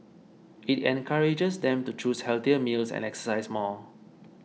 it encourages them to choose healthier meals and exercise more